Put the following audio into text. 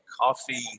coffee